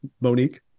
Monique